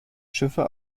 schiffe